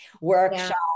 workshop